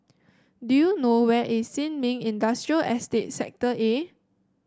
do you know where is Sin Ming Industrial Estate Sector A